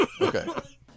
Okay